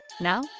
Now